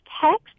text